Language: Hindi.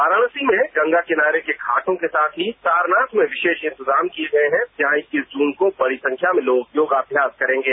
वाराणसी में गंगा किनारे के घाटों के साथ ही सारनाथ में विशेष इंतजाम किए गए हैं जहां इक्कीस जून को बड़ी संख्या में लोग योगाभ्यास करेंगे